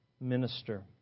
minister